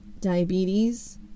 diabetes